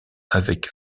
avec